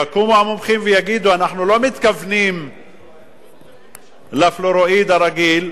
יקומו המומחים ויגידו: אנחנו לא מתכוונים לפלואוריד הרגיל,